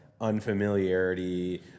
unfamiliarity